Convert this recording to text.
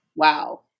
Wow